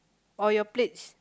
or your plates